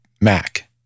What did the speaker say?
Mac